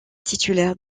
titulaire